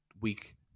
week